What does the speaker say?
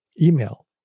email